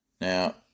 now